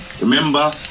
Remember